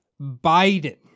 Biden